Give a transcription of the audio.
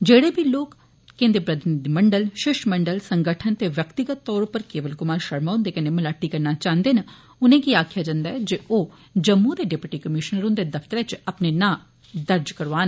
जेहड़े बी लोकें दे प्रतिनिधिमंडल शिष्टमंडल संगठन ते व्यक्तिगत तौर उप्पर केवल कुमार शर्मा हुंदे कन्नै मलाटी करना चांहृदे न उनें गी आक्खेआ जंदा ऐ जे ओ जम्मू दे डिप्टी कमीशनर हुंदे दफ्तरै च अपना नां दर्ज करोआन